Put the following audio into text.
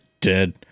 dead